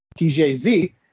TJZ